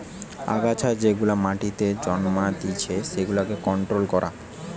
আগাছা যেগুলা মাটিতে জন্মাতিচে সেগুলার কন্ট্রোল করা